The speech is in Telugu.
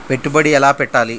పెట్టుబడి ఎలా పెట్టాలి?